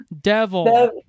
Devil